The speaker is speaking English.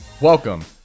Welcome